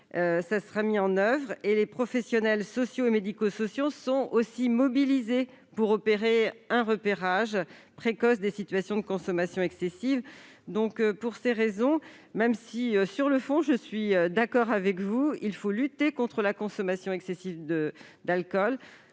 des jeunes. Les professionnels sociaux et médico-sociaux sont aussi mobilisés pour opérer un repérage précoce des situations de consommation excessive. Pour ces raisons, et même si, sur le fond, je partage l'idée qu'il faut lutter contre la consommation excessive d'alcool,